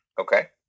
Okay